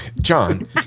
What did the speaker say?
John